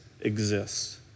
exists